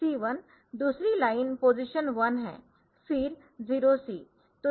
C1 दूसरी line position 1 है फिर 0C